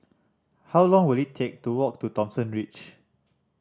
how long will it take to walk to Thomson Ridge